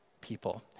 people